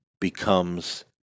becomes